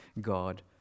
God